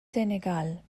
senegal